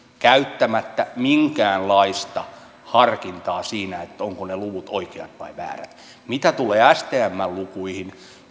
käyttämättä minkäänlaista harkintaa siinä ovatko ne luvut oikeat vai väärät mitä tulee stmn lukuihin